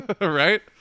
Right